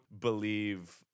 believe